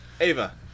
Ava